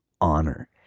honor